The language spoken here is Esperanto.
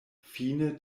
fine